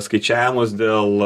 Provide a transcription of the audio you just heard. skaičiavimus dėl